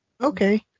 Okay